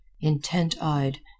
intent-eyed